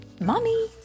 Mommy